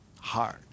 hard